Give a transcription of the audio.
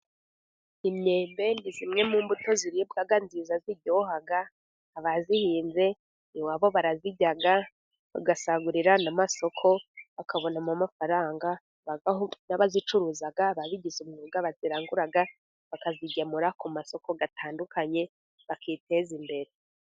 Imyembe ni zimwe mu mbuto ziribwa nziza ziryoha. Abazihinze, iwabo barazirya, bagasagurira n'amasoko bakabonamo amafaranga. N'abazicuruzaga babigize umwuga bazirangura bakazigemura ku masoko atandukanye bakiteza imbere.